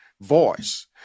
voice